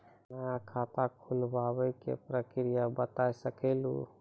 नया खाता खुलवाए के प्रक्रिया बता सके लू?